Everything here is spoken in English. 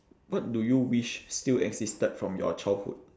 what do you wish still existed from your childhood